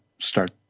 start